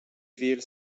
vill